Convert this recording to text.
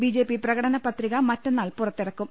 BJP പ്രകടനപത്രിക മറ്റന്നാൾ പുറത്തിറക്കും